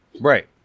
Right